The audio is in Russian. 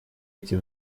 эти